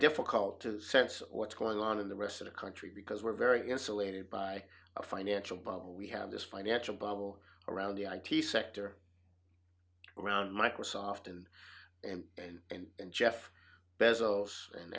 difficult to sense or what's going on in the rest of the country because we're very insulated by a financial bubble we have this financial bubble around the i t sector around microsoft and and and and and jeff